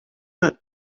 that